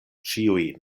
ĉiuj